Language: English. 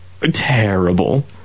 Terrible